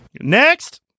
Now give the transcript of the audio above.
Next